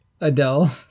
adele